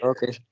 Okay